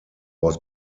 was